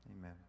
amen